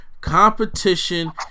competition